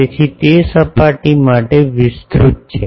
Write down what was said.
તેથી તે સપાટી માટે વિસ્તૃત છે